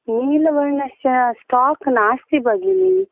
नीलवर्णस्य स्टाक् नास्ति भगिनी